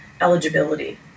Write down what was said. eligibility